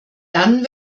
dann